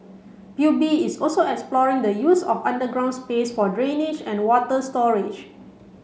P U B is also exploring the use of underground space for drainage and water storage